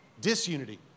disunity